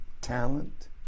talent